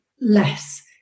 less